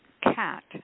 cat